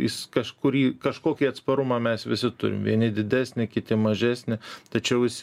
jis kažkurį kažkokį atsparumą mes visi turim vieni didesnį kiti mažesnį tačiau jis